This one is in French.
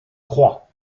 croix